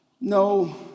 no